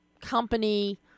company